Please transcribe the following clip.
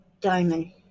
diamond